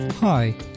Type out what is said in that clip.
Hi